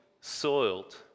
soiled